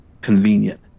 convenient